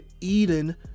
Eden